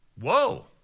Whoa